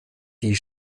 die